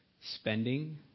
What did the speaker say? spending